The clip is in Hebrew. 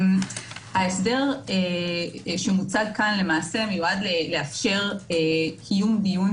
ההסדר שמוצג כאן מיועד לאפשר קיום דיון